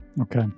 Okay